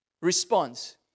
response